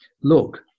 look